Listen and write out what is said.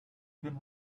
been